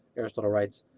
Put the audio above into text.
aristotle writes,